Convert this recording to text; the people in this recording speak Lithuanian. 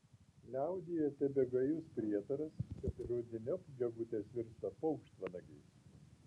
liaudyje tebegajus prietaras kad rudeniop gegutės virsta paukštvanagiais